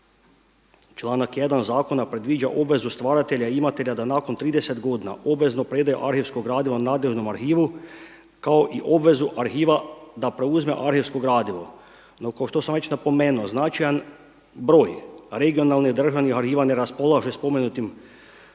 Članak 1. zakona predviđa obvezu stvaratelja i imatelja da nakon 30 godina obvezno predaju arhivsko gradivo nadležnom arhivu kao i obvezu arhiva da preuzima arhivsko gradivo. No kao što sam već napomenuo značajan broj regionalnih i državnih arhiva ne raspolaže spomenutim